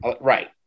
right